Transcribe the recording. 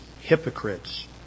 hypocrites